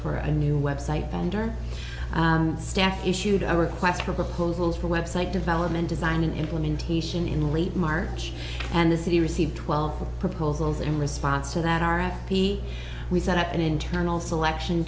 for a new website founder staff issued a request for proposals for website development design implementation in late march and the city received twelve proposals in response to that our at p we set up an internal selection